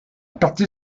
partie